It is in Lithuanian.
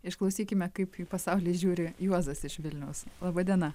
išklausykime kaip į pasaulį žiūri juozas iš vilniaus laba diena